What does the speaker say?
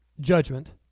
judgment